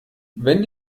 wenn